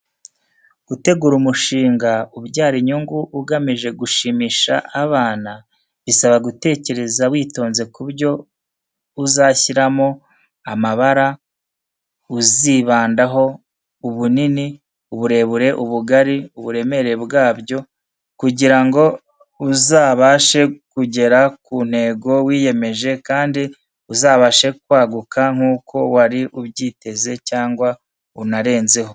Gutegura umushinga ubyara inyungu ugamije gushimisha abana, bisaba gutekereza witonze ku byo uzashyiramo, amabara uzibandaho, ubunini, uburebure, ubugari, uburemere bwabyo, kugira ngo uzabashe kugera ku ntego wiyemeje kandi uzabashe kwaguka nk'uko wari ubyiteze cyangwa unarenzeho.